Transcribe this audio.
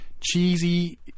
Cheesy